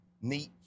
neat